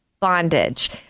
bondage